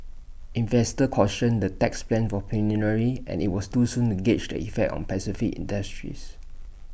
investors cautioned the tax plan were preliminary and IT was too soon to gauge the effect on specific industries